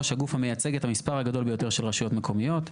הגוף המייצג את המספר הגדול ביותר של רשויות מקומיות.